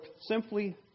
simply